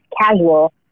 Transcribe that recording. casual